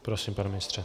Prosím, pane ministře.